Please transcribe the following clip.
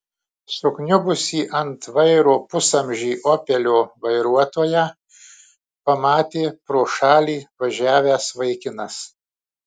sukniubusį ant vairo pusamžį opelio vairuotoją pamatė pro šalį važiavęs vaikinas